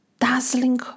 dazzling